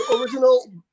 original